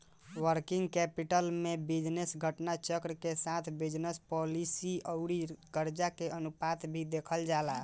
working capital में business घटना चक्र के साथ बिजनस पॉलिसी आउर करजा के अनुपात भी देखल जाला